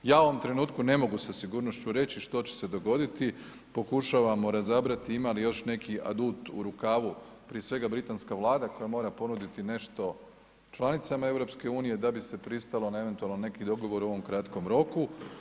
Ja u ovom trenutku ne mogu sa sigurnošću reći što će se dogoditi, pokušavamo razabrati ima li još neki adut u rukavu, prije svega britanska Vlada koja mora ponuditi nešto članicama EU da bi se pristalo na eventualno neki dogovor u ovom kratkom roku.